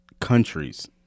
countries